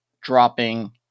dropping